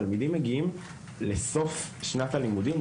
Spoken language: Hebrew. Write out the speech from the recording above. תלמידים מגיעים לסוף שנת הלימודים,